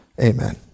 Amen